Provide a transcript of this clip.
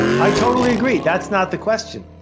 i totally agree. that's not the question.